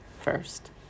first